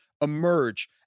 emerge